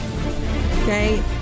Okay